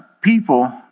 people